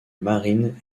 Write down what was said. marine